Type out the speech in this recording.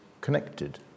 connected